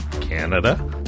Canada